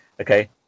Okay